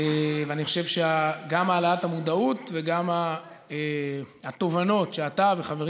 אני חושב שגם העלאת המודעות וגם התובנות שאתה וחברים